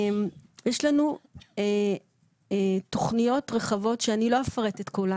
יש לנו תוכניות רחבות, שאני לא אפרט את כולן.